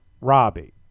Robbie